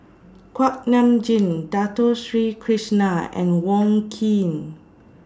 Kuak Nam Jin Dato Sri Krishna and Wong Keen